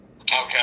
Okay